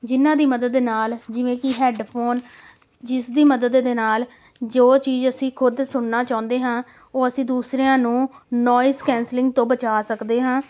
ਜਿਨ੍ਹਾਂ ਦੀ ਮਦਦ ਨਾਲ ਜਿਵੇਂ ਜਿਨ੍ਹਾਂ ਹੈਡਫੋਨ ਜਿਸ ਦੀ ਮਦਦ ਦੇ ਨਾਲ ਜੋ ਚੀਜ਼ ਅਸੀਂ ਖੁਦ ਸੁਣਨਾ ਚਾਹੁੰਦੇ ਹਾਂ ਉਹ ਅਸੀਂ ਦੂਸਰਿਆਂ ਨੂੰ ਨੋਇਜ ਕੈਂਸਲਿੰਗ ਤੋਂ ਬਚਾ ਸਕਦੇ ਹਾਂ